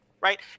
right